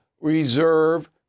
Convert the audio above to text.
reserve